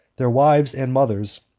their wives and mothers,